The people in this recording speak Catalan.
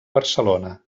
barcelona